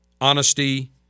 honesty